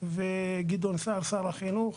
וגדעון סער שר החינוך,